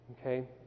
Okay